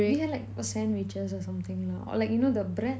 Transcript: we had like got sandwiches or something lah or you know the bread